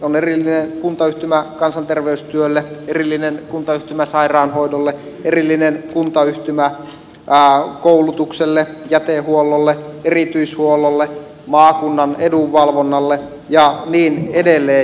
on erillinen kuntayhtymä kansanterveystyölle erillinen kuntayhtymä sairaanhoidolle erillinen kuntayhtymä koulutukselle jätehuollolle erityishuollolle maakunnan edunvalvonnalle ja niin edelleen